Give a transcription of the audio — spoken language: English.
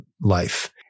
life